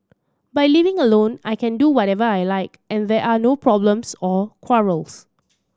by living alone I can do whatever I like and there are no problems or quarrels